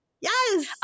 Yes